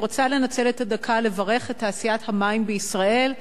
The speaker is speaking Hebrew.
אני רוצה לברך בדקה את תעשיית המים בישראל,